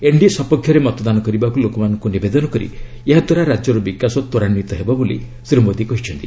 NDA ସପକ୍ଷରେ ମତଦାନ କରିବାକୁ ଲୋକମାନଙ୍କୁ ନିବେଦନ କରି ଏହାଦ୍ୱାରା ରାଜ୍ୟର ବିକାଶ ତ୍ୱରାନ୍ୱିତ ହେବ ବୋଲି ଶ୍ରୀ ମୋଦି କହିଛନ୍ତି